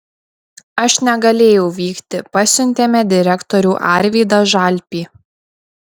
aš negalėjau vykti pasiuntėme direktorių arvydą žalpį